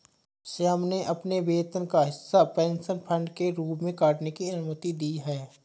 श्याम ने अपने वेतन का एक हिस्सा पेंशन फंड के रूप में काटने की अनुमति दी है